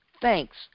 thanks